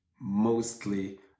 mostly